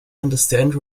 understand